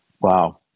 Wow